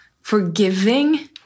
forgiving